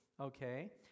okay